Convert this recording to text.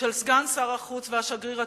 של סגן שר החוץ והשגריר הטורקי,